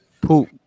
Poop